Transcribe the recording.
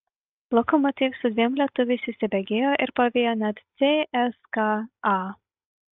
lokomotiv su dviem lietuviais įsibėgėjo ir pavijo net cska